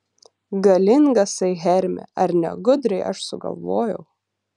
galingasai hermi ar ne gudriai aš sugalvojau